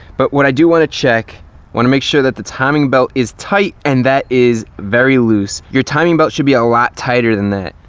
but what i do want to check, you want to make sure that the timing belt is tight, and that is very loose. your timing belt should be a lot tighter than that.